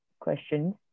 questions